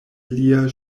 lia